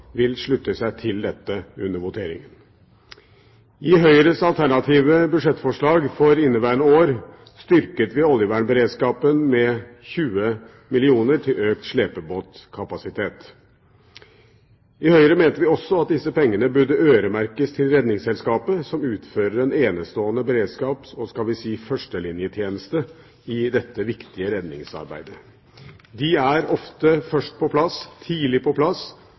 vil slutte seg til dette under voteringen. I Høyres alternative budsjettforslag for inneværende år styrket vi oljevernberedskapen med 20 mill. kr til økt slepebåtkapasitet. I Høyre mente vi også at disse pengene burde øremerkes til Redningsselskapet, som utfører en enestående beredskap og – skal vi si – førstelinjetjeneste i dette viktige redningsarbeidet. De er ofte først på plass, tidlig på plass